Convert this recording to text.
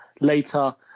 later